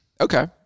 Okay